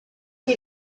che